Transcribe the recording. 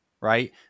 right